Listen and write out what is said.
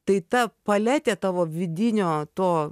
tai ta paletė tavo vidinio to